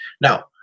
Now